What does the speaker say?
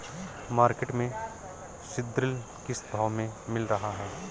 Market में सीद्रिल किस भाव में मिल रहा है?